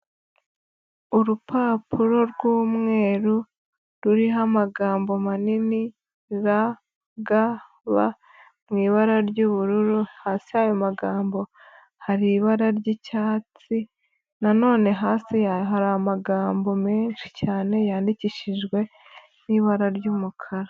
Urupapuro rw'umweru ruriho amagambo manini RGB, mu ibara ry'ubururu, hasi yayo magambo hari ibara ry'icyatsi, nanone hasi hari amagambo menshi cyane yandikishijwe n'ibara ry'umukara.